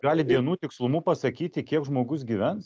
gali dienų tikslumu pasakyti kiek žmogus gyvens